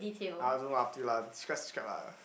I don't know lah up to you lah describe describe lah